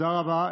תודה רבה.